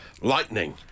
Lightning